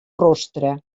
rostre